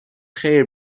خیر